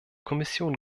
kommission